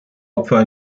opfer